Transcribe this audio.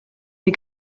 sie